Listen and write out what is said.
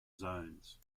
zones